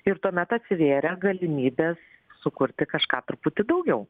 ir tuomet atsivėrė galimybės sukurti kažką truputį daugiau